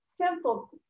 simple